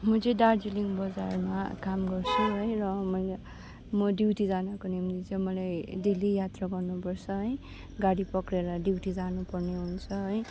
म चाहिँ दार्जिलिङ बजारमा काम गर्छु है र मैले म ड्युटी जानको निम्ति चाहिँ मैले डेली यात्रा गर्नु पर्छ है गाडी पक्रिएर ड्युटी जानु पर्ने हुन्छ है